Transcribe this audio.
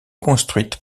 construite